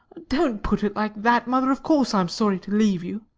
don't put it like that, mother. of course i am sorry to leave you.